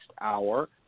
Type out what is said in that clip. hour